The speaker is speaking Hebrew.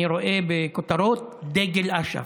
אני רואה בכותרות, דגל אש"ף.